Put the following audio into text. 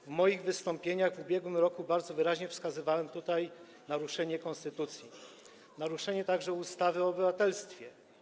W moich wystąpieniach w ubiegłym roku bardzo wyraźnie wskazywałem tutaj naruszenie konstytucji, naruszenie także ustawy o obywatelstwie.